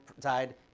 died